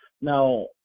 now